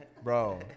Bro